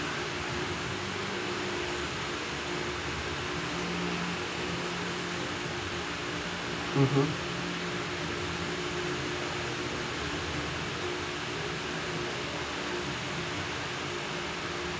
mmhmm